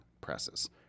presses